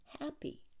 happy